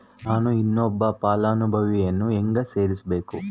ನಾನು ಇನ್ನೊಬ್ಬ ಫಲಾನುಭವಿಯನ್ನು ಹೆಂಗ ಸೇರಿಸಬೇಕು?